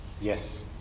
Yes